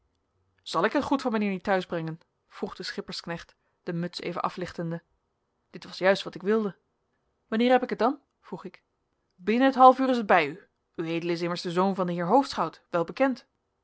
zal ik het goed van mijnheer niet te huis brengen vroeg de schippersknecht de muts even aflichtende dit was juist wat ik wilde wanneer heb ik het dan vroeg ik binnen het half uur is het bij u ued is immers de zoon van den heer hoofdschout wel bekend